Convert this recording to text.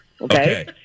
okay